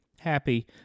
happy